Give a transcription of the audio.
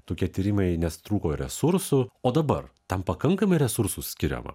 tokie tyrimai nes trūko resursų o dabar tam pakankamai resursų skiriama